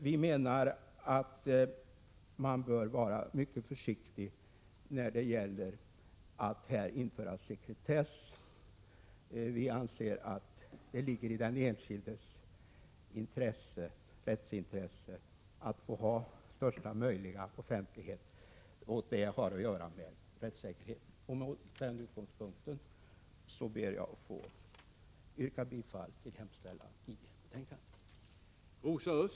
Vi menar att man bör vara mycket försiktig med att införa sekretess inom detta område och att det ligger i den enskildes rättsintresse att ha största möjliga offentlighet. Det har alltså att göra med rättssäkerheten. Mot den bakgrunden ber jag att få yrka bifall till utskottets hemställan i betänkandet.